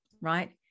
Right